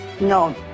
no